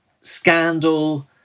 Scandal